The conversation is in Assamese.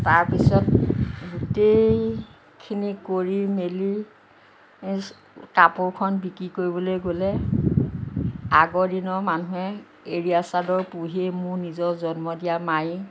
তাৰপিছত গোটেইখিনি কৰি মেলি কাপোৰখন বিক্ৰী কৰিবলৈ গ'লে আগৰ দিনৰ মানুহে এৰীয়া চাদৰ পুহি মোৰ নিজৰ জন্ম দিয়া মায়েই